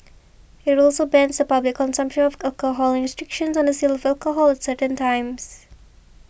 it also bans the public consumption of alcohol restrictions on the sale of alcohol at certain times